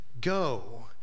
go